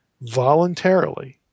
voluntarily